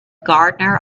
gardener